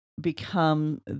become